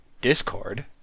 Discord